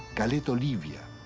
caleta olivia,